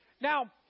Now